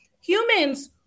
humans